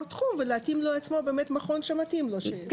תחום ולהתאים לו באמת מכון שמתאים לו.